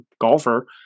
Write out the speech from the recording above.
golfer